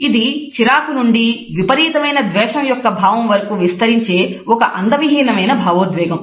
ఇది చిరాకు నుండి విపరీతమైన ద్వేషం యొక్క భావం వరకూ విస్తరించే ఒక అందవిహీనమైన భావోద్వేగం